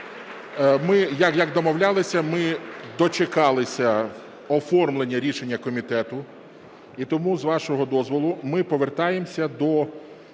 як домовлялися, ми дочекалися оформлення рішення комітету. І тому з вашого дозволу ми повертаємося до